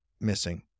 missing